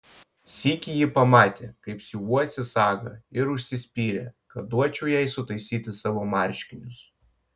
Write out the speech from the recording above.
sykį ji pamatė kaip siuvuosi sagą ir užsispyrė kad duočiau jai sutaisyti savo marškinius